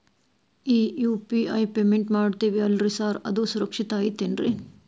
ಈ UPI payment ಮಾಡ್ತೇವಿ ಅಲ್ರಿ ಸಾರ್ ಅದು ಸುರಕ್ಷಿತ್ ಐತ್ ಏನ್ರಿ?